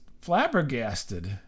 flabbergasted